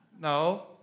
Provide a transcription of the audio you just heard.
No